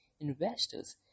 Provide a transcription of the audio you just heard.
investors